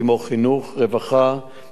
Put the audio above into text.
רווחה ומשפטים,